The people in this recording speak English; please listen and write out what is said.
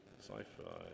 sci-fi